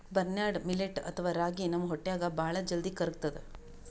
barnyard millet ಅಥವಾ ರಾಗಿ ನಮ್ ಹೊಟ್ಟ್ಯಾಗ್ ಭಾಳ್ ಜಲ್ದಿ ಕರ್ಗತದ್